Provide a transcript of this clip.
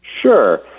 Sure